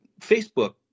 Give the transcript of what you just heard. Facebook